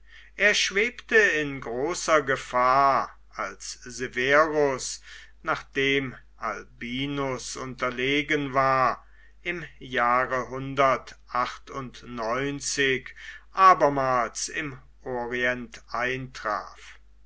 er schwebte in großer gefahr als severus nachdem albinus unterlegen war im jahre abermals im orient eintraf